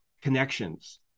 connections